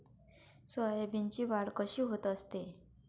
सोयाबीनची वाढ कशी होत असते?